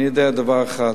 אני יודע דבר אחד: